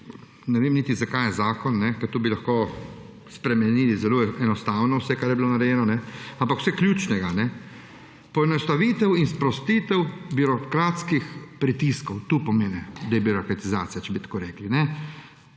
ne vem, zakaj je zakon, ker to bi lahko spremenili zelo enostavno, vse, kar je bilo narejeno. Ampak vsega ključnega. Poenostavitev in sprostitev birokratskih pritiskov, to pomeni debirokratizacijo, če bi tako rekli.